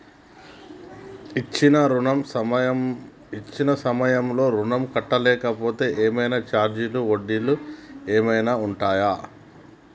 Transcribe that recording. ఇచ్చిన సమయంలో ఋణం కట్టలేకపోతే ఏమైనా ఛార్జీలు వడ్డీలు ఏమైనా ఉంటయా?